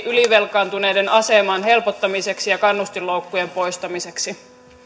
ylivelkaantuneiden aseman helpottamiseksi ja kannustinloukkujen poistamiseksi